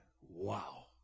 Wow